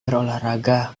berolahraga